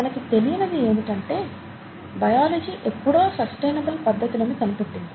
మనకి తెలియనిది ఏమిటంటే బయాలజీ ఎప్పుడో సస్టైనబుల్ పద్ధతులను కనిపెట్టింది